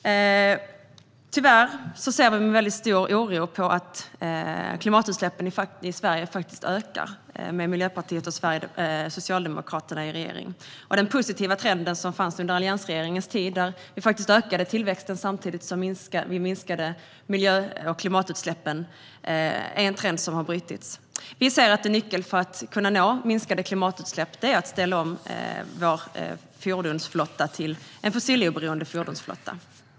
Vi ser med stor oro på att klimatutsläppen i Sverige tyvärr ökar med Miljöpartiet och Socialdemokraterna i regering. Den positiva trenden under alliansregeringens tid, då vi ökade tillväxten samtidigt som vi minskade miljö och klimatutsläppen, är en trend som har brutits. Vi säger att en nyckel för att nå minskade klimatutsläpp är att ställa om vår fordonsflotta till en fossiloberoende fordonsflotta.